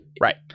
right